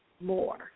more